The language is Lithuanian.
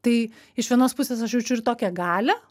tai iš vienos pusės aš jaučiu ir tokią galią